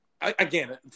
again